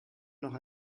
noch